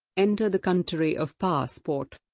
enter the country of passport